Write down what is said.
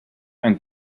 and